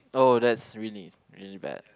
oh that's really really bad